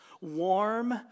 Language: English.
Warm